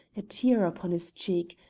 a tear upon his cheek,